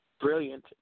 brilliant